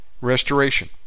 Restoration